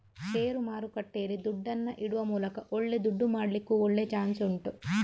ಷೇರು ಮಾರುಕಟ್ಟೆಯಲ್ಲಿ ದುಡ್ಡನ್ನ ಇಡುವ ಮೂಲಕ ಒಳ್ಳೆ ದುಡ್ಡು ಮಾಡ್ಲಿಕ್ಕೂ ಒಳ್ಳೆ ಚಾನ್ಸ್ ಉಂಟು